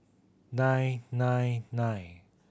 nine nine nine